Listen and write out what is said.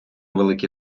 великі